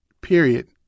period